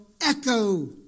echo